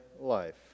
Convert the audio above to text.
life